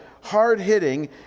hard-hitting